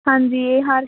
ਹਾਂਜੀ ਇਹ ਹਰ